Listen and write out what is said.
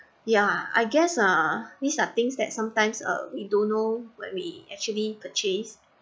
ya I guess uh these are things that sometimes uh we don't know when we actually purchase